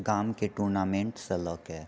गामके टुर्नामेन्टसँ लएके